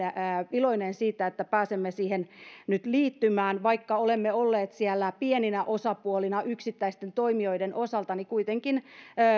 iloinen siitä että pääsemme siihen nyt liittymään vaikka olemme olleet siellä pieninä osapuolina yksittäisten toimijoiden osalta niin kuitenkin